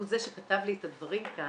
הוא זה שכתב לי את הדברים כאן.